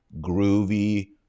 groovy